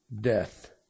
death